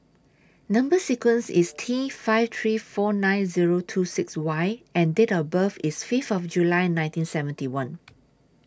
Number sequence IS T five three four nine Zero two six Y and Date of birth IS Fifth of July nineteen seventy one